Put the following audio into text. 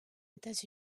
états